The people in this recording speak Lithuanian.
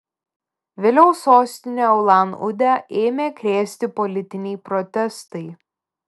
vėliau sostinę ulan udę ėmė krėsti politiniai protestai